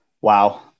Wow